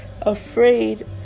afraid